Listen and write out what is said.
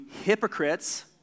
hypocrites